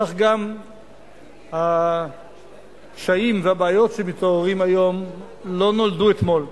כך גם הקשיים והבעיות שמתעוררים היום לא נולדו אתמול.